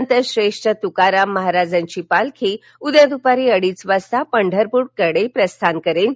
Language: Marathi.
संतश्रेष्ठ तुकराम महाराजांची पालखी उद्या दुपारी अडीच वाजता पंढरप्रकडे प्रस्थान करेल